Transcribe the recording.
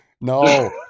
no